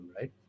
right